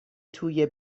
توی